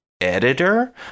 editor